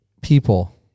people